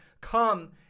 come